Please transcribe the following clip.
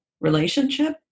relationship